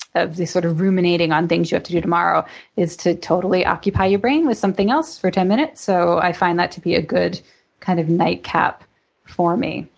the sort of ruminating on things you have to do tomorrow is to totally occupy your brain with something else for ten minutes. so i find that to be a good kind of nightcap for me.